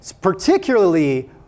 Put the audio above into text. particularly